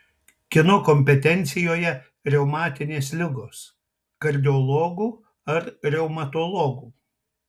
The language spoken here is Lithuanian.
kieno kompetencijoje reumatinės ligos kardiologų ar reumatologų